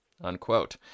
unquote